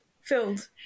filled